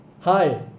Hi